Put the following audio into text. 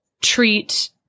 treat